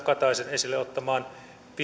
kataisen esille ottamaan